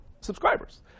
subscribers